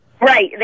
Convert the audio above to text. Right